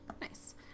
Nice